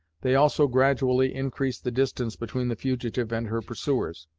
they also gradually increased the distance between the fugitive and her pursuers,